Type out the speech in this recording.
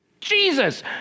Jesus